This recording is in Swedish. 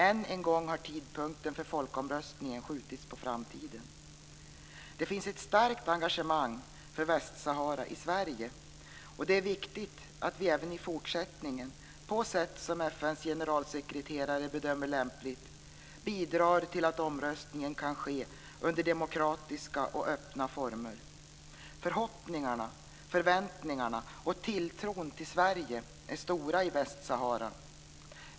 Än en gång har tidpunkten för folkomröstningen skjutits på framtiden. Det finns ett starkt engagemang i Sverige för Västsahara, och det är viktigt att vi även i fortsättningen, på sätt som FN:s generalsekreterare bedömer lämpligt, bidrar till att omröstningen kan ske under demokratiska och öppna former. Förhoppningarna och förväntningarna på och tilltron till Sverige är stora i Västsahara.